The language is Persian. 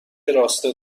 راسته